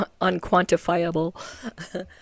unquantifiable